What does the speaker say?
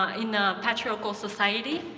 ah in a patriarchal society,